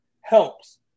helps